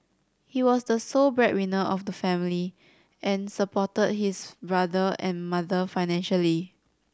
he was the sole breadwinner of the family and supported his brother and mother financially